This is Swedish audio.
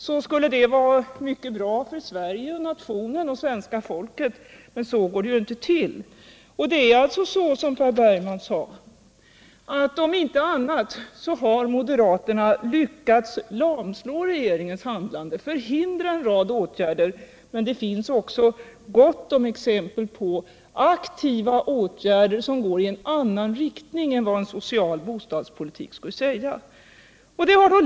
Det skulle i så fall vara mycket bra för nationen och svenska folket. Men så går det ju inte till. Det är alltså, som Per Bergman sade, så att moderaterna om inte annat har lyckats lamslå regeringens handlande och förhindra en rad åtgärder. Men det finns också gott om exempel på aktiva åtgärder som går i en annan riktning än vad cen social bostadspolitik skulle innebära.